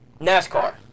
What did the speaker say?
NASCAR